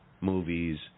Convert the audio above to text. movies